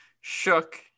shook